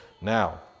now